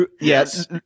Yes